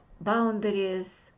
boundaries